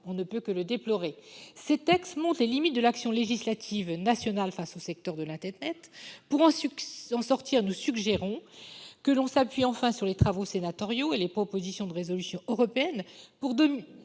On ne peut que le déplorer. Ces textes montrent les limites de l'action législative nationale face au secteur de l'internet. Pour en sortir, nous suggérons de s'appuyer enfin sur les travaux sénatoriaux et les propositions de résolution européenne pour